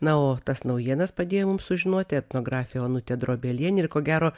na o tas naujienas padėjo mums sužinoti etnografė onutė drobelienė ir ko gero